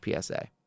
PSA